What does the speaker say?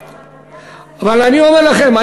אבל אני אומר לכם,